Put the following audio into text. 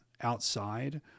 outside